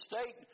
state